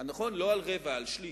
נכון, לא על רבע, על שליש,